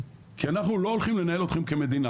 כי אנחנו לא הוליכם לנהל אתכם כמדינה,